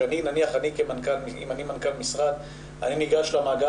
שנניח אם אני מנכ"ל משרד ניגש למאגר